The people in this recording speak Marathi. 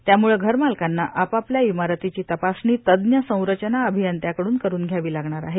त्यामुळे घरमालकांना आपापल्या इमारतीची तपासणी तज्ज्ञ संरचना अभियंत्याकडून करून घ्यावी लागणार आहे